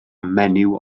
menyw